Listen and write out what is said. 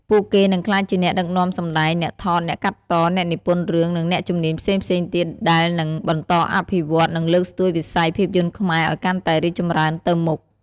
ពួកគេនឹងក្លាយជាអ្នកដឹកនាំសម្តែង អ្នកថត អ្នកកាត់ត អ្នកនិពន្ធរឿង និងអ្នកជំនាញផ្សេងៗទៀត ដែលនឹងបន្តអភិវឌ្ឍន៍ និងលើកស្ទួយវិស័យភាពយន្តខ្មែរឱ្យកាន់តែរីកចម្រើនទៅមុខ។